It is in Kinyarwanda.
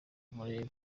kumureba